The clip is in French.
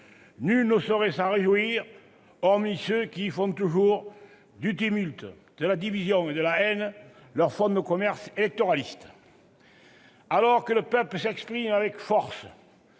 Nul ne saurait s'en réjouir, hormis ceux qui font toujours du tumulte, de la division et de la haine leur fonds de commerce électoraliste. Alors que le peuple s'exprime avec force,